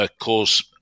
cause